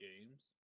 games